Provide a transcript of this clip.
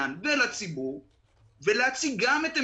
מבחינת הצוות המקצועי זה בהחלט מוכן להצגה ולהחלטות,